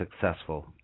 successful